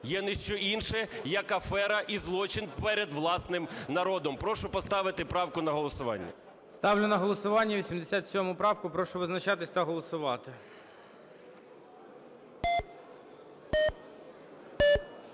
є ніщо інше, як афера і злочин перед власним народом. Прошу поставити правку на голосування. ГОЛОВУЮЧИЙ. Ставлю на голосування 87 правку. Прошу визначатися та голосувати.